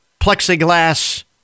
plexiglass